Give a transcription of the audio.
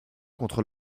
contre